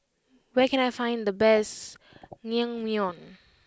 where can I find the best Naengmyeon